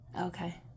Okay